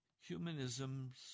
Humanism's